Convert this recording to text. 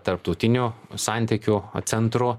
tarptautinių santykių centru